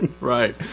Right